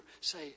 say